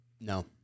No